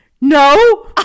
No